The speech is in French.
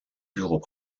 bureaux